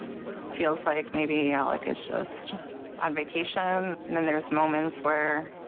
feels like maybe alec is just on vacation, then there's moments where